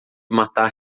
matar